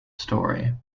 story